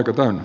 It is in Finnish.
okei